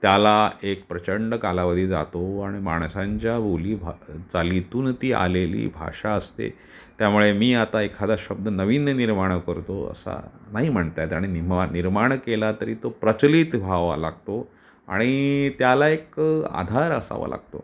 त्याला एक प्रचंड कालावधी जातो आणि माणसांच्या बोली भा चालीतून ती आलेली भाषा असते त्यामुळे मी आता एखादा शब्द नवीन निर्माण करतो असं नाही म्हणता येत आणि निम्मवान निर्माण केला तरी तो प्रचलित व्हावा लागतो आणि त्याला एक आधार असावा लागतो